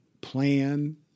plan